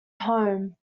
home